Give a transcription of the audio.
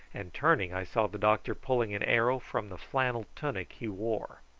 and turning i saw the doctor pulling an arrow from the flannel tunic he wore.